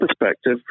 perspective